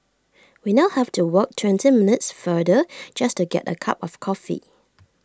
we now have to walk twenty minutes farther just to get A cup of coffee